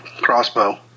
Crossbow